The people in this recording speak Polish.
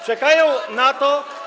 Czekają na to.